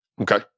Okay